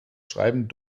schreiben